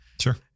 Sure